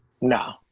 No